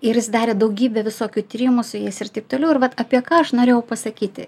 ir jis darė daugybę visokių tyrimų su jais ir taip toliau ir vat apie ką aš norėjau pasakyti